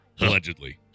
Allegedly